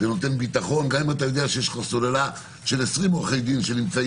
זה נותן ביטחון גם אם אתה יודע שיש 20 עורכי דין בזום,